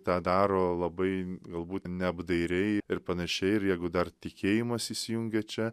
tą daro labai galbūt neapdairiai ir panašiai ir jeigu dar tikėjimas įsijungia čia